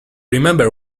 remember